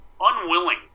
unwilling